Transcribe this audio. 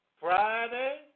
Friday